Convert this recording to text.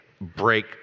break